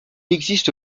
existe